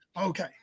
Okay